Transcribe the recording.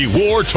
war